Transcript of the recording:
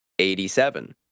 87